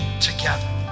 together